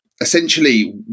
Essentially